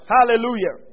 Hallelujah